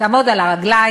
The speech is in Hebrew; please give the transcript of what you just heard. יעמוד על הרגליים,